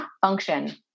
function